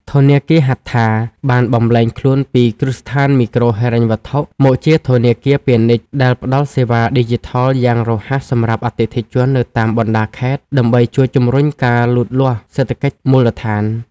ធនាគារ ហត្ថា (Hattha) បានបម្លែងខ្លួនពីគ្រឹះស្ថានមីក្រូហិរញ្ញវត្ថុ មកជាធនាគារពាណិជ្ជដែលផ្ដល់សេវាឌីជីថលយ៉ាងរហ័សសម្រាប់អតិថិជននៅតាមបណ្ដាខេត្ត ដើម្បីជួយជម្រុញការលូតលាស់សេដ្ឋកិច្ចមូលដ្ឋាន។